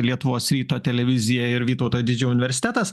lietuvos ryto televizija ir vytauto didžiojo universitetas